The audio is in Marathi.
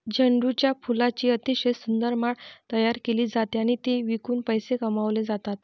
झेंडूच्या फुलांची अतिशय सुंदर माळ तयार केली जाते आणि ती विकून पैसे कमावले जातात